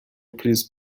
please